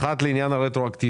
האחת, לעניין הרטרואקטיביות.